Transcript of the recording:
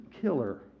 killer